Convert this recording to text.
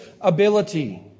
ability